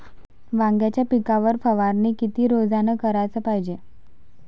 वांग्याच्या पिकावर फवारनी किती रोजानं कराच पायजे?